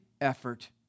effort